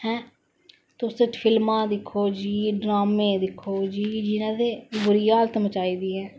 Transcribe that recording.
हैं तुस फिल्मा दिक्खो ड्रामे दिक्खो जियो ने ते बुरी हालत मचाई दी ऐ